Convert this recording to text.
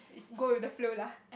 go with the flow lah